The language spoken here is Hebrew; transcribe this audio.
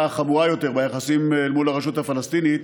חמורה יותר ביחסים עם הרשות הפלסטינית,